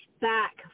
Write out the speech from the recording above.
Back